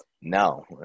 no